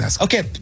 Okay